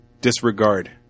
Disregard